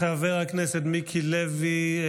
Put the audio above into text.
חבר הכנסת מיקי לוי,